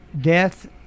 Death